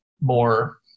more